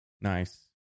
Nice